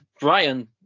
Brian